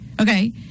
Okay